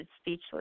speechless